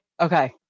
Okay